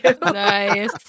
Nice